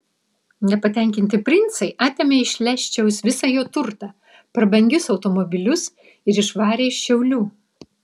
nepatenkinti princai atėmė iš leščiaus visą jo turtą prabangius automobilius ir išvarė iš šiaulių